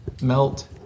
melt